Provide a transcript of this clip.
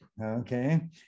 okay